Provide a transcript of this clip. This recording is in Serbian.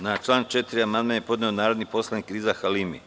Na član 4. amandman je podneo narodni poslanik Riza Halimi.